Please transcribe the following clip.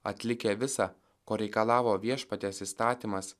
atlikę visa ko reikalavo viešpaties įstatymas